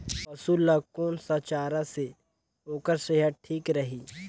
पशु ला कोन स चारा से ओकर सेहत ठीक रही?